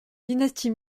dynastie